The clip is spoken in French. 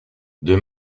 deux